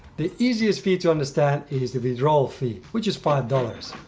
the easiest fee to understand is the withdrawal fee, which is five dollars.